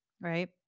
right